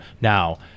Now